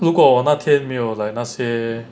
如果我那天没有 like 那些